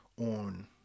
on